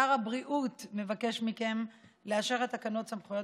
שר הבריאות מבקש מכם לאשר את תקנות סמכויות